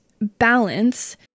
balance